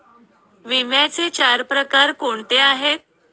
विम्याचे चार प्रकार कोणते आहेत?